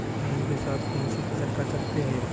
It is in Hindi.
गेहूँ के साथ कौनसी फसल कर सकते हैं?